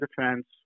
defense